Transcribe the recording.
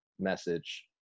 message